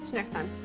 next time.